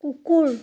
কুকুৰ